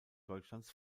deutschlands